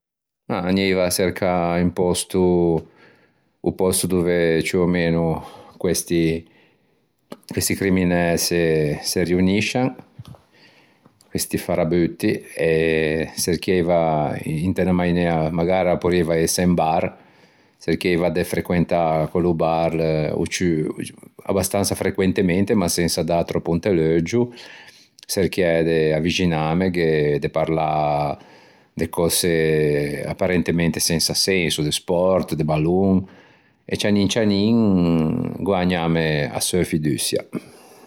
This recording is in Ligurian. Mah anieiva à çercâ ò pòsto, un pòsto dove ciù o meno questi, questi criminæ se riuniscian questi farabutti e çerchieiva inta unna mainea, magara a porrieiva ëse un bar, çerchieiva de frequentâ quello bar o ciù, abastansa frequentemente ma sensa dâ tròppo inte l'euggio, çerchiæ de avvixinâmeghe, de parlâ de cöse apparentemente sensa senso, de sport, de ballon e cianin cianin guägnâme a seu fiduçia.